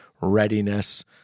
readiness